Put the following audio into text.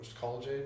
college